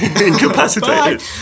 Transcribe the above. incapacitated